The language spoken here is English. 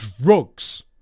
drugs